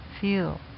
feel